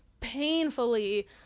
painfully